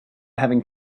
having